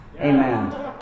Amen